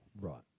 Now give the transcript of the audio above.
Right